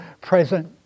present